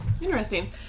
Interesting